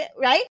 Right